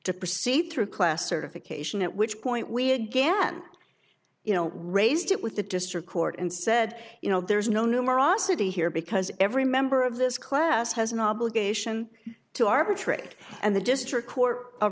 to proceed through class certification at which point we again you know raised it with the district court and said you know there's no numerosity here because every member of this class has an obligation to arbitrate and the